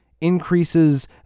increases